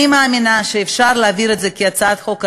אני מאמינה שאפשר להעביר את זה כהצעת חוק רגילה.